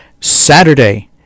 Saturday